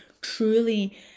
truly